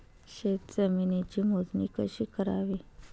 शेत जमिनीची मोजणी कशी करायची?